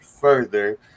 further